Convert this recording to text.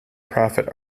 profit